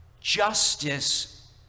Justice